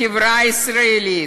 בחברה הישראלית,